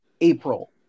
April